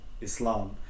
Islam